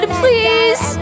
please